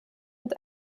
mit